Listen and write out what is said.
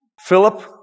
Philip